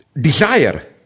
desire